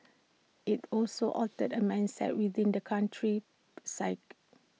IT also altered A mindset within the country's psyche